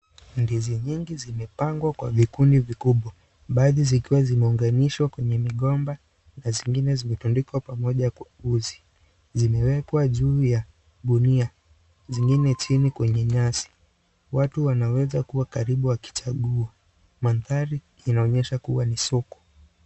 Ndizi nyingi zimepangwa kwa vikundi vikubwa. Baadhi zilikuwa zimeunganishwa kwenye migomba na zingine zimetandikwa pamoja kwa uzi. Zimewekwa juu ya gunia. Zingine chini kwenye nyasi. Watu wanaweza kuwa karibu wakichagua. Mandhari inaonyesha kuwa ni soko.